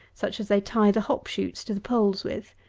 such as they tie the hop-shoots to the poles with.